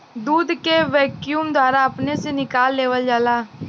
दूध के वैक्यूम द्वारा अपने से निकाल लेवल जाला